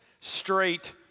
straight